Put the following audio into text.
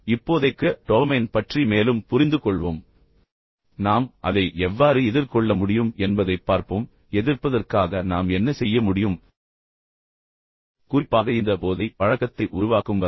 இப்போதைக்கு டோபமைன் பற்றி மேலும் புரிந்துகொள்வோம் நாம் அதை எவ்வாறு எதிர்கொள்ள முடியும் என்பதைப் பார்ப்போம் எதிர்ப்பதற்காக நாம் என்ன செய்ய முடியும் குறிப்பாக இந்த போதை பழக்கத்தை உருவாக்கும் வகையில்